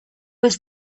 was